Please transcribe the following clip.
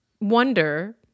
wonder